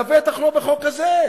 לבטח לא בחוק הזה.